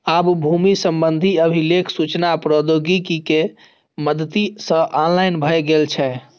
आब भूमि संबंधी अभिलेख सूचना प्रौद्योगिकी के मदति सं ऑनलाइन भए गेल छै